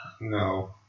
No